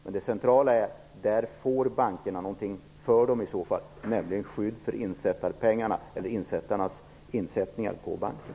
Men det centrala är att bankerna får någonting, nämligen skydd för insättarnas insättningar på banken.